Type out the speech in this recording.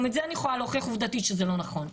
גם את זה, אני יכולה להוכיח עובדתית שזה לא נכון.